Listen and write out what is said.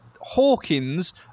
Hawkins